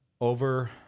Over